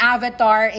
Avatar